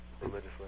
religiously